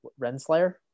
Renslayer